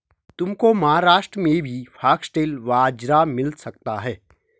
तुमको महाराष्ट्र में भी फॉक्सटेल बाजरा मिल सकता है